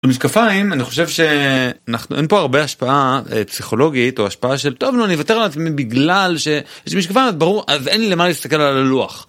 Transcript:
משקפיים אני חושב שאין פה הרבה השפעה פסיכולוגית או השפעה של: "טוב נו אני אוותר לעצמי בגלל שמשקפיים ברור אז אין לי למה להסתכל על הלוח."